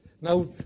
Now